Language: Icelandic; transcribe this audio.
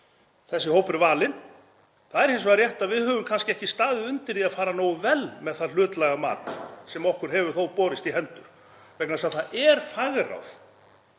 þessi hópur er valinn. Það er hins vegar rétt að við höfum kannski ekki staðið undir því að fara nógu vel með það hlutlæga mat sem okkur hefur þó borist í hendur, vegna þess að það er fagráð